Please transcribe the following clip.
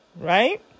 right